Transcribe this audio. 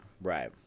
right